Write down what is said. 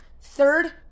Third